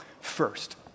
First